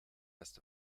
erst